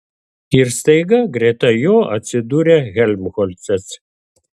ir staiga greta jo atsidūrė helmholcas